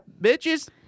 bitches